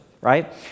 right